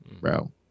Bro